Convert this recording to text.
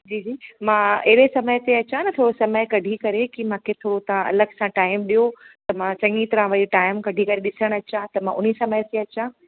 जी जी मां एड़े समय ते अचां न थोरो समय कढी करे की मूंखे थोरो तव्हां अलॻि सां टाइम ॾियो त मां चङी तरहं वेई टाइम कढी करे ॾिसण अचां त मां उनी समय ते अचां